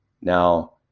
now